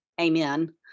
amen